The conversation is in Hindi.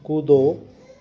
कूदो